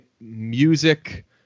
music